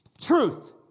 truth